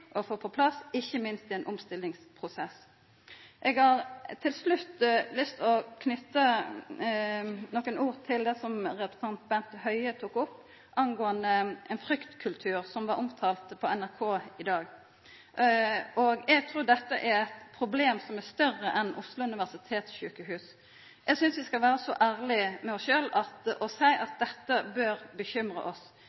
få på plass – ikkje minst i ein omstillingsprosess. Eg har til slutt lyst til å knyta nokre ord til det som representanten Bent Høie tok opp om ein fryktkultur som blei omtalt på NRK i dag. Eg trur dette er eit problem som er større enn at det gjeld berre Oslo universitetssykehus. Eg synest vi skal vera ærlege med oss sjølve og seia at